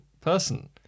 person